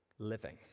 living